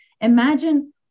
Imagine